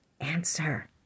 answer